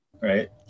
right